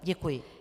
Děkuji.